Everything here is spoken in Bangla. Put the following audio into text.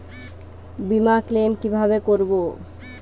বিমা ক্লেম কিভাবে করব?